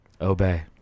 Obey